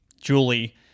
julie